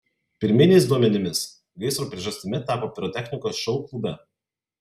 pirminiais duomenimis gaisro priežastimi tapo pirotechnikos šou klube